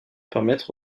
permettre